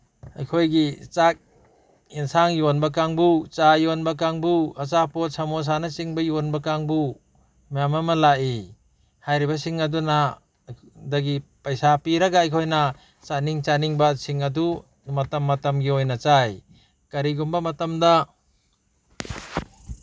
ꯑꯩꯈꯣꯏꯒꯤ ꯆꯥꯛ ꯑꯦꯟꯁꯥꯡ ꯌꯣꯟꯕ ꯀꯥꯡꯕꯨ ꯆꯥ ꯌꯣꯟꯕ ꯀꯥꯡꯕꯨ ꯑꯆꯥꯄꯣꯠ ꯁꯃꯣꯁꯥꯅꯆꯤꯡꯕ ꯌꯣꯟꯕ ꯀꯥꯡꯕꯨ ꯃꯌꯥꯝ ꯑꯃ ꯂꯥꯛꯏ ꯍꯥꯏꯔꯤꯕꯁꯤꯡ ꯑꯗꯨꯅ ꯗꯒꯤ ꯄꯩꯁꯥ ꯄꯤꯔꯒ ꯑꯩꯈꯣꯏꯅ ꯆꯥꯅꯤꯡ ꯆꯥꯅꯤꯡꯕꯁꯤꯡ ꯑꯗꯨ ꯃꯇꯝ ꯃꯇꯝꯒꯤ ꯑꯣꯏꯅ ꯆꯥꯏ ꯀꯔꯤꯒꯨꯝꯕ ꯃꯇꯝꯗ